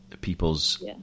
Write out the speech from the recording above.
people's